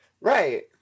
right